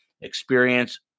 experience